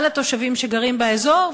על התושבים שגרים באזור,